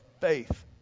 faith